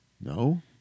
No